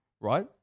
Right